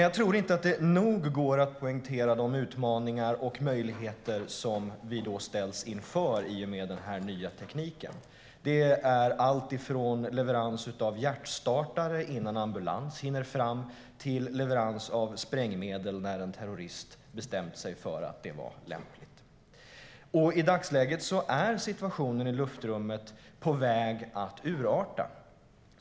Jag tror dock inte att det går att nog poängtera de utmaningar och möjligheter som vi ställs inför i och med den här nya tekniken. Det är allt från leverans av hjärtstartare innan ambulans hinner fram till leverans av sprängmedel när en terrorist bestämt sig för att det är lämpligt. I dagsläget är situationen i luftrummet på väg att urarta.